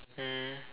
mm